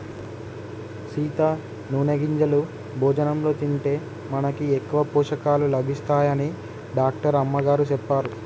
సీత నూనె గింజలు భోజనంలో తింటే మనకి ఎక్కువ పోషకాలు లభిస్తాయని డాక్టర్ అమ్మగారు సెప్పారు